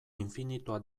infinitua